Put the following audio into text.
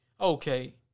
okay